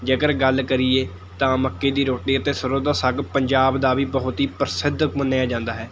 ਜੇਕਰ ਗੱਲ ਕਰੀਏ ਤਾਂ ਮੱਕੀ ਦੀ ਰੋਟੀ ਅਤੇ ਸਰ੍ਹੋਂ ਦਾ ਸਾਗ ਪੰਜਾਬ ਦਾ ਵੀ ਬਹੁਤ ਹੀ ਪ੍ਰਸਿੱਧ ਮੰਨਿਆ ਜਾਂਦਾ ਹੈ